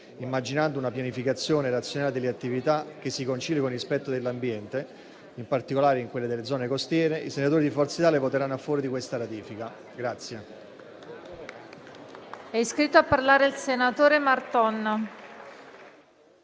immaginando una pianificazione razionale delle attività che si concili con il rispetto dell'ambiente, in particolare quello delle zone costiere, i senatori di Forza Italia voteranno a favore di questo disegno